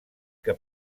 que